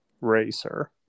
Racer